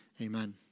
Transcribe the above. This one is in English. Amen